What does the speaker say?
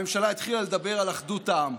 הממשלה התחילה לדבר על אחדות העם,